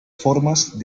formas